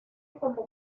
como